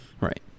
Right